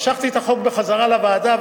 משכתי את הצעת החוק בחזרה לוועדה,